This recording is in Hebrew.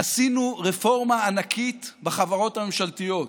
עשינו רפורמה ענקית בחברות הממשלתיות.